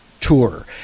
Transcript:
tour